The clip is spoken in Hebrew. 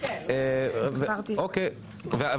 גם